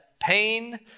pain